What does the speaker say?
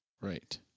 Right